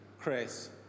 Chris